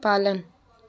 पालन